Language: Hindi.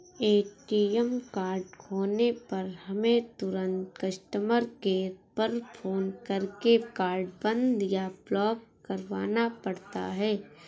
ए.टी.एम कार्ड खोने पर हमें तुरंत कस्टमर केयर पर फ़ोन करके कार्ड बंद या ब्लॉक करवाना पड़ता है